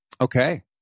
Okay